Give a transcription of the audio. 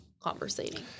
conversating